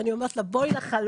ואני אומרת לה: בואי לחלום,